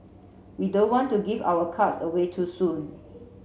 we don't want to give our cards away too soon